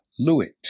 Lewitt